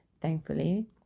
thankfully